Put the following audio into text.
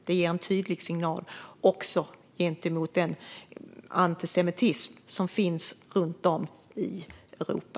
Det ger en tydlig signal också gentemot den antisemitism som finns runt om i Europa.